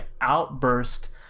outburst